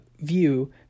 view